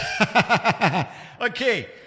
Okay